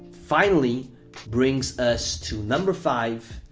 finally brings us to number five,